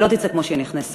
היא לא תצא כמו שהיא נכנסה,